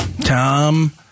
Tom